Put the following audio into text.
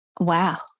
Wow